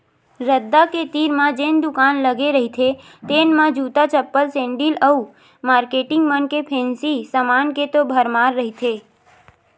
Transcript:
रद्दा के तीर म जेन दुकान लगे रहिथे तेन म जूता, चप्पल, सेंडिल अउ मारकेटिंग मन के फेंसी समान के तो भरमार रहिथे